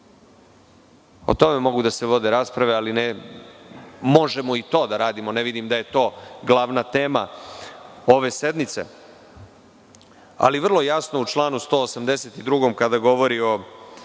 tome mogu da se vode rasprave, ali, možemo i to da radimo, ne vidim da je to glavna tema ove sednice, ali vrlo jasno u članu 182. kada govori o